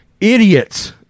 Idiots